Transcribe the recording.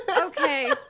Okay